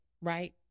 right